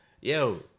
Yo